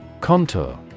contour